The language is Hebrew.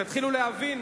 תתחילו להבין,